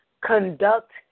conduct